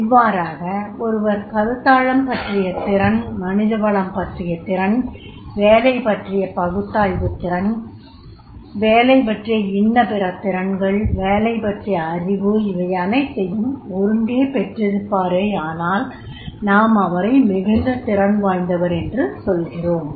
இவ்வாராக ஒருவர் கருத்தாழம் பற்றிய திறன் மனித வளம் பற்றிய திறன் வேலை பற்றிய பகுப்பாய்வுத் திறன் வேலை பற்றிய இன்னபிற திறன்கள் வேலை பற்றிய அறிவு இவை அனைத்தையும் ஒருங்கே பெற்றிருப்பாரேயானால் நாம் அவரை மிகுந்த திறன் வாய்ந்தவர் என்று சொல்கிறோம்